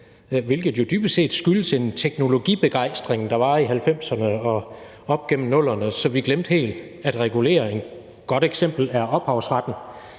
hvilket jo dybest set skyldes den teknologibegejstring, der var i 1990'erne og op igennem 00'erne, og så vi glemte helt at regulere. Et godt eksempel er ophavsretten,